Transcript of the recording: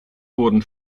wurden